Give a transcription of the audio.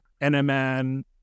NMN